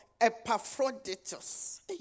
Epaphroditus